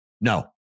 No